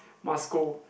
must scold